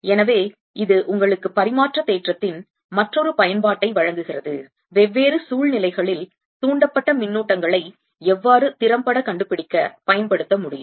எனவே இது உங்களுக்கு பரிமாற்ற தேற்றத்தின் மற்றொரு பயன்பாட்டை வழங்குகிறது வெவ்வேறு சூழ்நிலைகளில் தூண்டப்பட்ட மின்னூட்டங்களை எவ்வாறு திறம்பட கண்டுபிடிக்க பயன்படுத்தமுடியும்